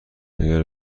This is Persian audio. اگر